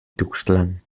tuxtlan